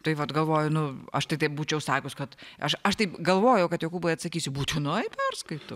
tai vat galvoju nu aš tai tai būčiau sakius kad aš aš taip galvojau kad jokūbai atsakysi būtinai perskaitau